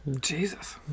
Jesus